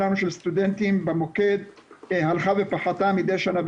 סטודנטים למוקד הלכה ופחתה מדי שנה,